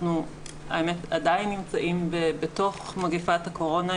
אנחנו עדיין נמצאים במגפת הקורונה.